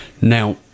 Now